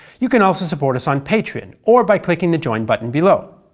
you can also support us on patreon or by clicking the join button below.